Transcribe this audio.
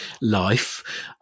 life